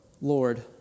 Lord